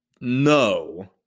no